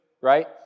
right